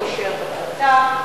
הוא לא יישאר בכיתה.